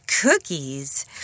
cookies